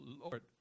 Lord